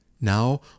Now